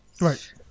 Right